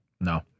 No